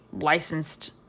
licensed